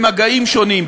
במגעים שונים,